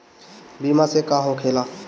बीमा से का होखेला?